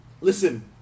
Listen